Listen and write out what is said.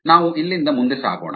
ನಾವು ಇಲ್ಲಿಂದ ಮುಂದೆ ಸಾಗೋಣ